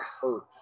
hurt